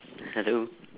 hello